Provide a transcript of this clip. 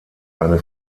eine